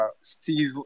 Steve